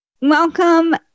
Welcome